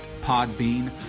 Podbean